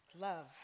Love